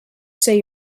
say